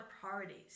priorities